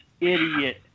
idiot